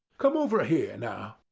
come over here now!